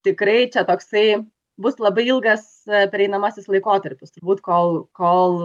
tikrai čia toksai bus labai ilgas pereinamasis laikotarpis turbūt kol kol